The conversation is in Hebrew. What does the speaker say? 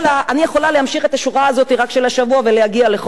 אני יכולה להמשיך את השורה הזאת רק של השבוע ולהגיע לחודש,